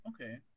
okay